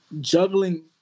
juggling